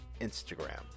Instagram